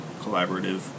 collaborative